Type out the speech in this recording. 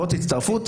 בואו תצטרפו.